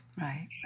Right